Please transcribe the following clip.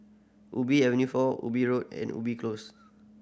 Ubi Avenue Four Ubi Road and Ubi Close